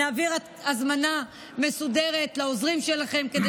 נעביר הזמנה מסודרת לעוזרים שלכם כדי